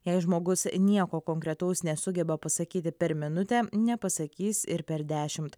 jei žmogus nieko konkretaus nesugeba pasakyti per minutę nepasakys ir per dešimt